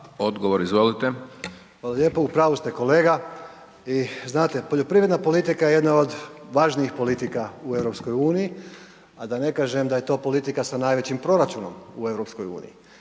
Joško (SDP)** Hvala lijepo. U pravu ste kolega i znate, poljoprivredna politika jedna je od važnijih politika u EU-i, a da ne kažem da je to politika sa najvećim proračunom u EU,